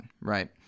right